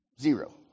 Zero